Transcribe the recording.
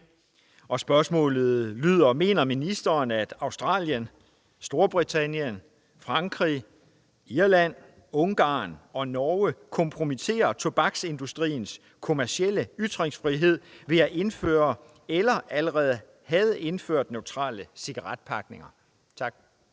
Mortensen (S): Mener ministeren, at Australien, Storbritannien, Frankrig, Irland, Ungarn og Norge kompromitterer tobaksindustriens »kommercielle ytringsfrihed« ved at indføre eller allerede have indført neutrale cigaretpakker?